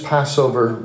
Passover